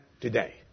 today